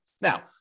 Now